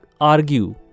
argue